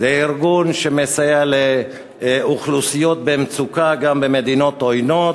ארגון שמסייע לאוכלוסיות במצוקה גם במדינות עוינות,